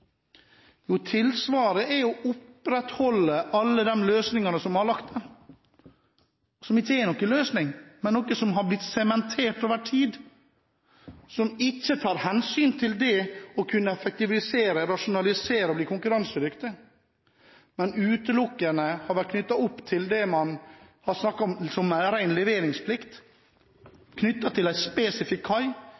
Jo, tilsvaret er å opprettholde alle de løsningene som har ligget der, som ikke er noen løsning, men noe som har blitt sementert over tid og ikke tar hensyn til det å kunne effektivisere, rasjonalisere og bli konkurransedyktig, men utelukkende har vært knyttet opp til det man har snakket om som ren leveringsplikt,